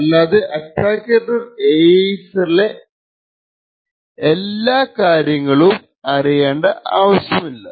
അല്ലാതെ അറ്റാക്കറിനു AES ലെ എല്ലാ കാര്യങ്ങളും അറിയേണ്ട അവശ്യമില്ല